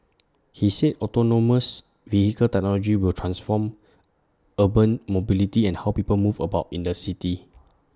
he said autonomous vehicle technology will transform urban mobility and how people move about in the city